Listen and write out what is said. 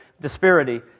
disparity